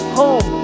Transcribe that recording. home